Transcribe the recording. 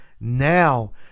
Now